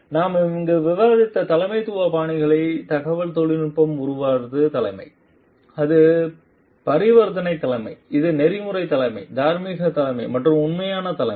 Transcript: எனவே நாம் இங்கு விவாதித்த தலைமைத்துவ பாணிகள் தகவல் தொழில்நுட்ப உருமாறும் தலைமை அது பரிவர்த்தனை தலைமை அது நெறிமுறை தலைமை தார்மீக தலைமை மற்றும் உண்மையான தலைமை